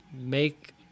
make